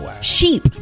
sheep